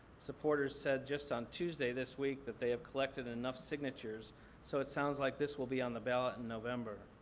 supporters said just on tuesday this week that they have collected enough signatures so it sounds like this will be on the ballot in november.